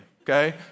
okay